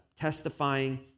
testifying